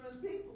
people